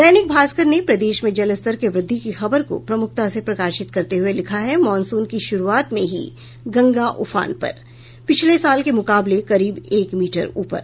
दैनिक भास्कर ने प्रदेश में जलस्तर के वृद्धि की खबर को प्रमुखता से प्रकाशित करते हुये लिखा है मॉनसून की शुरूआत में ही गंगा उफान पर पिछले साल के मुकाबले करीब एक मीटर ऊपर